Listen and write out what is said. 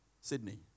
Sydney